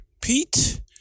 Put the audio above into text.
Pete